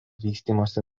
vystymosi